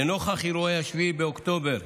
לנוכח אירועי 7 באוקטובר,